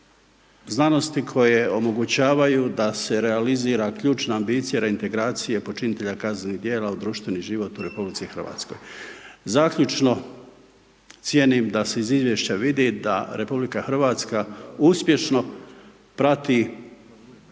znanosti koje omogućavaju da se realizira ključna ambicija reintegracije počinitelja kaznenih djela u društveni život u RH. Zaključno, cijenim da se iz izvješća vidi da RH uspješno prati